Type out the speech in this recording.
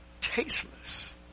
tasteless